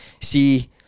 see